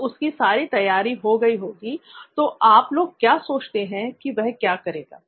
जब उसकी सारी तैयारी हो गई होगी तो आप लोग क्या सोचते हैं की वह क्या करेगा